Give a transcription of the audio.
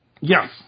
Yes